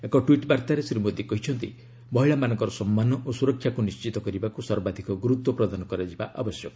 ଏକ ଟ୍ୱିଟ୍ ବାର୍ଭାରେ ଶ୍ରୀ ମୋଦି କହିଛନ୍ତି ମହିଳାମାନଙ୍କର ସମ୍ମାନ ଓ ସୁରକ୍ଷାକୁ ନିଶ୍ଚିତ କରିବାକୁ ସର୍ବାଧିକ ଗୁରୁତ୍ୱ ପ୍ରଦାନ କରାଯିବା ଆବଶ୍ୟକ